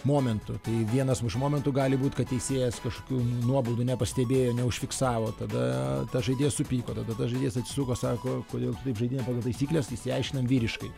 momentų tai vienas iš momentų gali būt kad teisėjas kažkokių nuobaudų nepastebėjo neužfiksavo tada tas žaidėjas supyko tada tas žaidėjas atsisuko sako kodėl tu taip žaidi ne pagal taisykles tai išsiaiškinam vyriškai